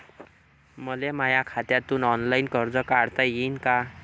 मले माया खात्यातून ऑनलाईन कर्ज काढता येईन का?